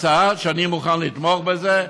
הצעה שאני מוכן לתמוך בה,